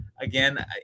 again